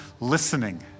listening